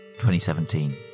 2017